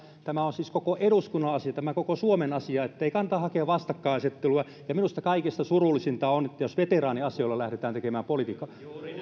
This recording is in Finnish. tämä on siis koko eduskunnan asia tämä on koko suomen asia eli ettei kannata hakea vastakkainasettelua ja minusta kaikista surullisinta on jos veteraaniasioilla lähdetään tekemään politiikkaa